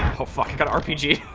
oh fuck got rpg.